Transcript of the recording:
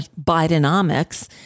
Bidenomics